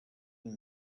than